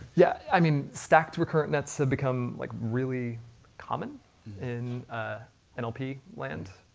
yeah, i mean stacked recurrent nets have become like really common in lp land.